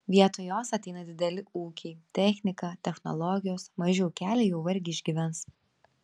vietoj jos ateina dideli ūkiai technika technologijos maži ūkeliai jau vargiai išgyvens